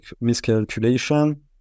miscalculation